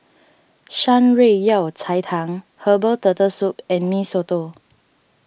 Shan Rui Yao Cai Tang Herbal Turtle Soup and Mee Soto